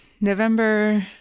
November